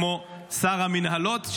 כמו שר המינהלות,